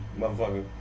motherfucker